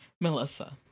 Melissa